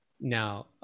Now